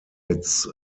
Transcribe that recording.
its